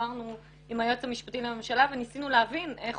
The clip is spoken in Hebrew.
דיברנו עם היועץ המשפטי לממשלה וניסינו להבין איך